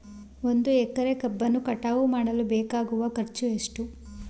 ಒಂದು ಎಕರೆ ಕಬ್ಬನ್ನು ಕಟಾವು ಮಾಡಲು ಬೇಕಾಗುವ ಖರ್ಚು ಎಷ್ಟು?